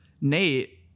Nate